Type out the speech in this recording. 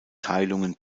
teilungen